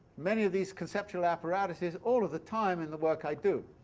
many of these conceptional apparatuses all of the time in the work i do.